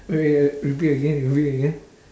wait repeat again repeat again